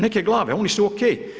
Neke glave, one su ok.